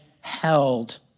held